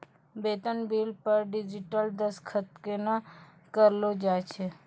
बेतन बिल पर डिजिटल दसखत केना करलो जाय छै?